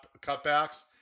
cutbacks